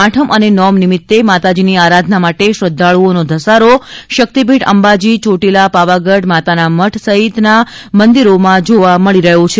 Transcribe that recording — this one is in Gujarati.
આઠમ અને નોમ નિમિત્તે માતાજીની આરાધના માટે શ્રદ્ધાળ્યઓનો ઘસારો શક્તિપીઠ અંબાજી ચોટીલા પાવાગઢ માતાના મઢ સહિતના મંદિરોમાં જોવા મળી રહ્યો છે